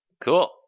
cool